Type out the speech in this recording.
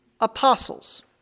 apostles